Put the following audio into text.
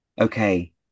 Okay